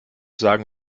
sagen